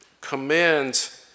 commends